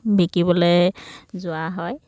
বিকিবলে যোৱা হয়